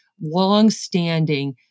longstanding